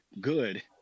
good